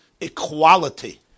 equality